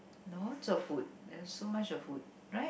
lots of food there are so much of food right